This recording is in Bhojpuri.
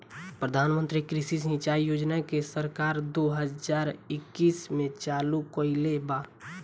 प्रधानमंत्री कृषि सिंचाई योजना के सरकार दो हज़ार इक्कीस में चालु कईले बा